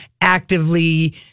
actively